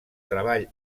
treball